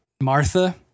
Martha